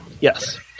Yes